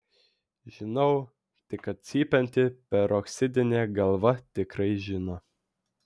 žinau tik kad cypianti peroksidinė galva tikrai žino